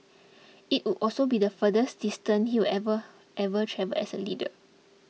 it would also be the furthest distance he will ever ever travelled as a leader